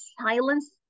silence